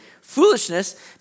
Foolishness